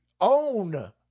own